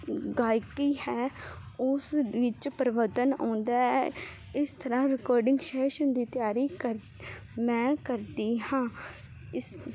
ਗਾਇਕੀ ਹੈ ਉਸ ਵਿੱਚ ਪਰਿਵਰਤਨ ਆਉਂਦਾ ਹੈ ਇਸ ਤਰ੍ਹਾਂ ਰਿਕੋਰਡਿੰਗ ਸੈਸ਼ਨ ਦੀ ਤਿਆਰੀ ਕਰ ਮੈਂ ਕਰਦੀ ਹਾਂ ਇਸ